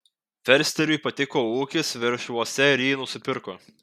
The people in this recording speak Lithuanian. fersteriui patiko ūkis veršvuose ir jį nusipirko